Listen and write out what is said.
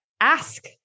ask